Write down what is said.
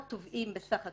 יש כ-800 תובעים בסך הכול,